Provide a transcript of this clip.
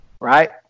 right